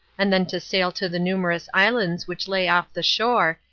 and then to sail to the numerous islands which lay off the shore,